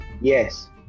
Yes